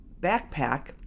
backpack